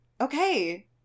Okay